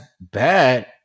bad